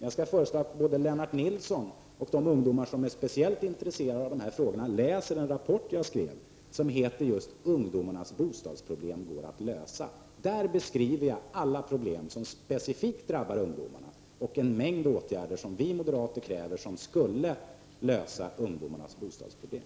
Jag föreslår att både Lennart Nilsson och de ungdomar som är speciellt intresserade av dessa frågor läser den rapport som jag har skrivit. Rapporten heter just ''Ungdomarnas bostadsproblem går att lösa''. I denna rapport beskriver jag alla de problem som specifikt drabbar ungdomarna och en mängd åtgärder som vi moderater kräver och som skulle kunna lösa ungdomarnas bostadsproblem.